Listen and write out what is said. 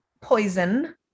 poison